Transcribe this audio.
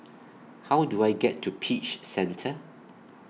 How Do I get to Peach Centre